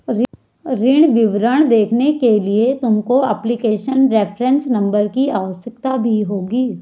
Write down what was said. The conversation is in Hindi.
ऋण विवरण देखने के लिए तुमको एप्लीकेशन रेफरेंस नंबर की आवश्यकता भी होगी